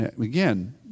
again